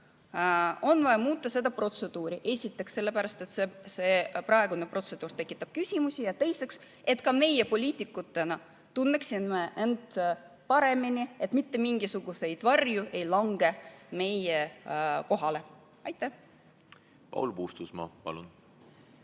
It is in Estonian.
on vaja muuta seda protseduuri. Esiteks sellepärast, et praegune protseduur tekitab küsimusi, ja teiseks selleks, et ka meie poliitikutena tunneksime end paremini, et mitte mingisuguseid varje meie kohale ei langeks. Paul Puustusmaa, palun!